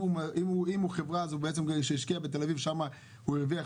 אם הוא חברה שהשקיע בתל אביב ושם הוא הרוויח,